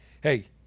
hey